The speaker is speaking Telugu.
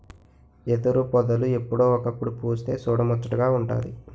ఎదురుపొదలు ఎప్పుడో ఒకప్పుడు పుస్తె సూడముచ్చటగా వుంటాది